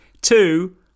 Two